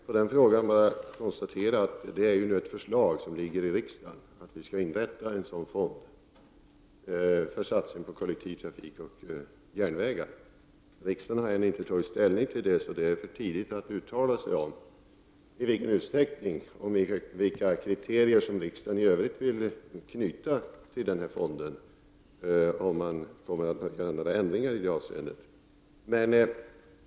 På den frågan konstaterar jag att det ligger ett förslag i riksdagen om att en sådan fond skall inrättas för att satsa på kollektivtrafik och järnvägar. Riksdagen har ännu inte tagit ställning till det förslaget. Så det är för tidigt att uttala sig om vilka kriterier riksdagen i övrigt vill knyta till fonden och om någon ändring i det avseendet kommer att göras.